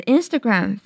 Instagram